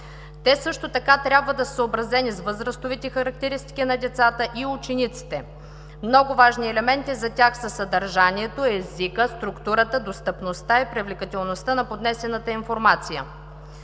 Те също така трябва да са съобразени с възрастовите характеристики на децата и учениците. Много важни елементи за тях са съдържанието, езикът, структурата, достъпността и привлекателността на поднесената информация.